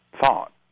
thought